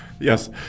Yes